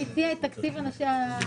הישיבה ננעלה בשעה